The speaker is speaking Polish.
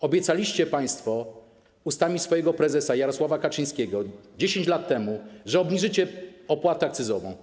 Obiecaliście państwo ustami prezesa Jarosława Kaczyńskiego 10 lat temu, że obniżycie opłatę akcyzową.